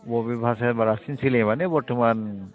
बबे भाषाया रासिन सोलियो माने बर्त'मान